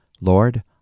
Lord